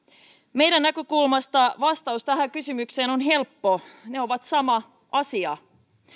meidän näkökulmastamme vastaus tähän kysymykseen on helppo ne ovat sama asia